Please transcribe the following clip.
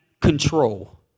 control